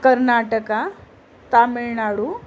Karnataka Tamil Nadu